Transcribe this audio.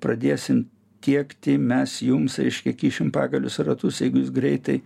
pradėsim tiekti mes jums reiškia kišim pagalius į ratus jeigu jūs greitai